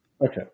Okay